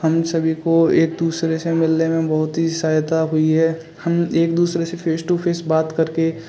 हम सभी को एक दूसरे से मिलने में बहुत ही सहायता हुई है हम एक दूसरे से फेस टू फेस बात करके